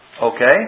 Okay